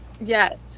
Yes